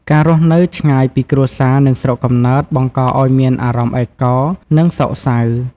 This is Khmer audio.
ការរស់នៅឆ្ងាយពីគ្រួសារ និងស្រុកកំណើតបង្កឲ្យមានអារម្មណ៍ឯកោ និងសោកសៅ។